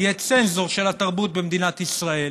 יהיה צנזור של התרבות במדינת ישראל,